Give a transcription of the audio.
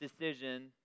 decision